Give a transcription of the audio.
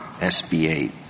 SBA